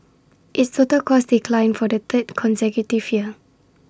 its total costs declined for the third consecutive year